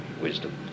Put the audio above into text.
wisdom